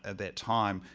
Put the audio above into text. ah that time,